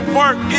work